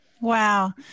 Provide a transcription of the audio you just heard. Wow